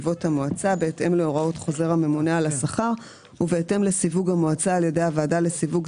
בואו נוסיף את זה למטרת החוק ונאמר: ובלבד שיתקיימו